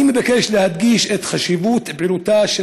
אני מבקש להדגיש את חשיבות פעילותה של